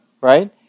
Right